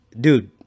dude